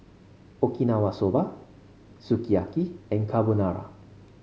Okinawa Soba Sukiyaki and Carbonara